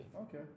Okay